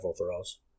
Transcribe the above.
overalls